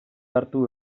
hartu